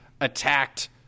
attacked